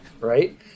right